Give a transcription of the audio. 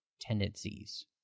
tendencies